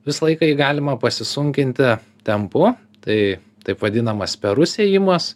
visą laiką jį galima pasisunkinti tempu tai taip vadinamas spėrus ėjimas